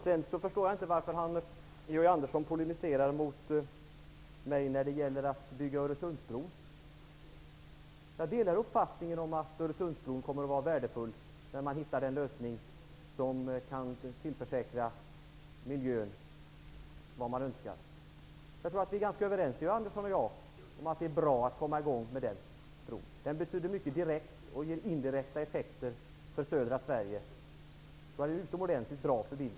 Jag förstår inte varför Georg Andersson polemiserar mot mig när det gäller Öresundsbron. Jag delar uppfattningen att Öresundsbron kommer att bli värdefull när man hittar en lösning som tar till vara miljön så som man önskar. Georg Andersson och jag är nog ganska överens om att det är bra att komma i gång med broprojektet. Bron kommer att betyda mycket direkt och kommer att ge indirekta effekter för södra Sverige. En bro är en utomordentligt bra förbindelse.